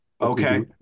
Okay